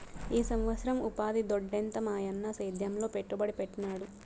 ఈ సంవత్సరం ఉపాధి దొడ్డెంత మాయన్న సేద్యంలో పెట్టుబడి పెట్టినాడు